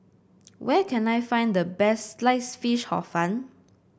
where can I find the best Sliced Fish Hor Fun